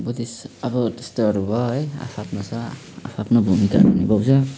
Buddhist अब त्यस्तोहरू भयो है आफआफ्नो छ आफआफ्नो भूमिकाहरू निभाउँछ